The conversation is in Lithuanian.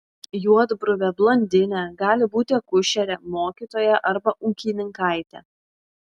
juodbruvė blondinė gali būti akušerė mokytoja arba ūkininkaitė